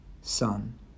son